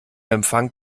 empfang